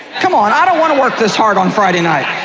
come on, i don't want to work this hard on friday night,